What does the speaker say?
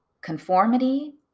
conformity